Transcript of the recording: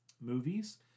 movies